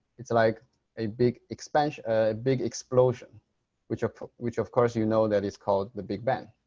it's like a big explosion ah big explosion which which of course you know that it's called the big bang.